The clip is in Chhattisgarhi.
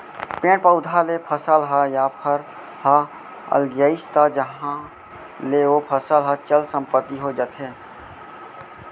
पेड़ पउधा ले फसल ह या फर ह अलगियाइस तहाँ ले ओ फसल ह चल संपत्ति हो जाथे